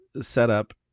setup